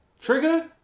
Trigger